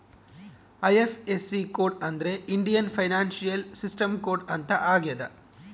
IFSC code ಅಂದ್ರೆ Indian financial system code ಅಂತ ಆಗ್ಯದ